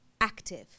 active